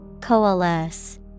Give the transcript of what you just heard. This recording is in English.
Coalesce